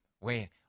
Wait